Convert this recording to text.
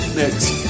next